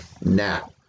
now